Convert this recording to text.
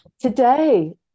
today